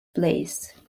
place